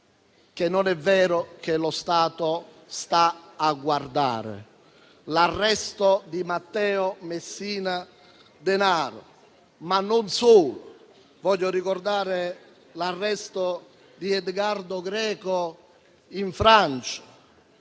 che non è vero che lo Stato resta a guardare. Penso all'arresto di Matteo Messina Denaro, e non solo. Voglio ricordare l'arresto di Edgardo Greco in Francia,